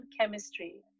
Chemistry